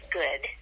good